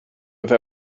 have